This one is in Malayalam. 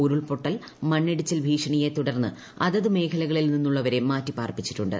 ഉരുൾപൊട്ടൽ മണ്ണിടിച്ചിൽ ഭീഷണിയെ തുടർന്ന് അതതുമേഖലകളിൽ നിന്നുള്ളവരെ മാറ്റി പാർപ്പിച്ചിട്ടുണ്ട്